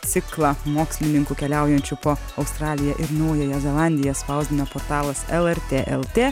ciklą mokslininkų keliaujančių po australiją ir naująją zelandiją spausdina portalas lrt lt